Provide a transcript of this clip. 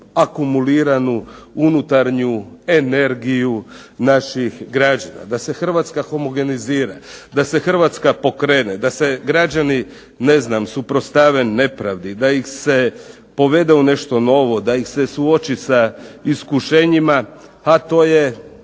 da se Hrvatska homogenizira, da se Hrvatska pokrene, da se građani ne znam suprotstave nepravdi, da ih se povede u nešto novo, da ih se suoči sa iskušenjima, a to je